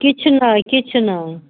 किछु नहि किछु नहि